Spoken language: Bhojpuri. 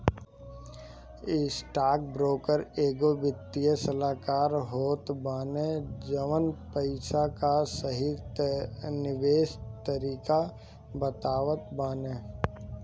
स्टॉकब्रोकर एगो वित्तीय सलाहकार होत बाने जवन पईसा कअ सही निवेश तरीका बतावत बाने